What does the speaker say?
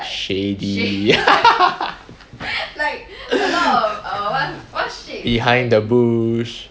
shady behind the bush